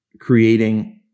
creating